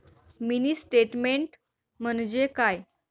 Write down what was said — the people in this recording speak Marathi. मिनी स्टेटमेन्ट म्हणजे काय?